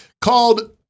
called